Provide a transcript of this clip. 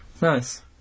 Nice